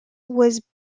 was